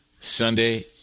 Sunday